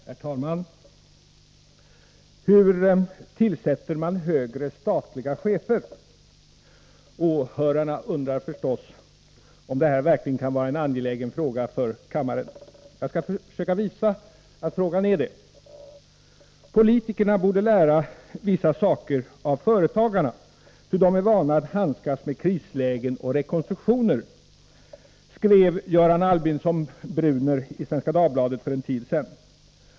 Herr talman! Hur tillsätter man högre statliga chefer? Åhörarna undrar förstås om den frågan verkligen kan vara angelägen för kammaren. Jag skall försöka visa att den är det. Politikerna borde lära vissa saker av företagarna, ty de är vana att handskas med krislägen och rekonstruktioner, skrev Göran Albinsson Bruhner i Svenska Dagbladet för en tid sedan.